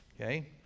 Okay